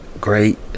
great